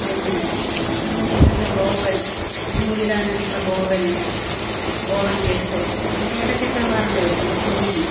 പിന്നെ പിന്നെ മിഷ്യൻ്റെ ബോബന് നൂലിടാനായിട്ടുള്ള ബോബന് ബോബൻ കേസ് അത് ഇടയ്ക്കൊക്കെ മാറേണ്ടിവരും പിന്നെ സൂചി